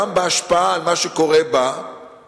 גם בהשפעה של מה שקורה בה בכלל,